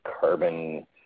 carbon